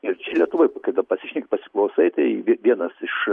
ir lietuvoj kai pasišneki pasiklausai tai vienas iš